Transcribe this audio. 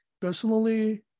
personally